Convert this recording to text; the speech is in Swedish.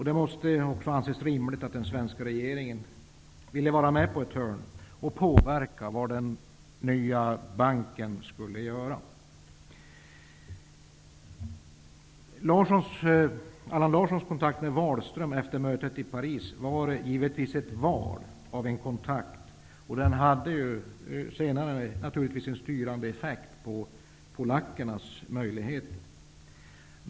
Det måste också anses rimligt att den svenska regeringen ville vara med på ett hörn och påverka vad den nya banken skulle göra. Allan Larssons kontakt med Wahlström efter mötet i Paris var givetvis ett val av en kontakt. Den hade naturligtvis senare en styrande effekt på polackernas möjligheter.